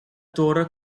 torre